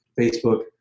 Facebook